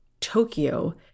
Tokyo